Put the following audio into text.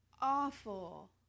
awful